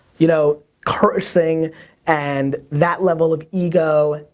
you know, cursing and that level of ego,